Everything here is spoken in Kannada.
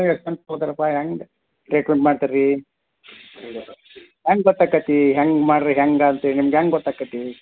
ತಕೋತರಪ್ಪ ಹೆಂಗೆ ಟೇಕ್ ಔಟ್ ಮಾಡ್ತೀರಿ ಹೆಂಗೆ ಹೆಂಗೆ ಮಾಡ್ರೆ ಹೆಂಗೆ ಅಂತ್ಹೇಳಿ ಹೆಂಗೆ ಗೊತ್ತಾಕತಿ